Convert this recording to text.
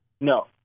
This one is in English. No